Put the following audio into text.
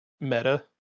meta